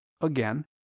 Again